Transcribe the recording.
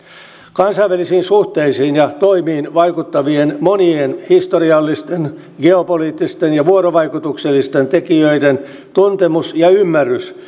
kansainvälisiin suhteisiin ja toimiin vaikuttavien monien historiallisten geopoliittisten ja vuorovaikutuksellisten tekijöiden tuntemus ja ymmärrys